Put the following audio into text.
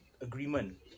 agreement